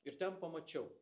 ir ten pamačiau